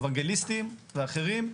אוונגליסטים ואחרים,